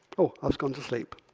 oh, i was going to sleep.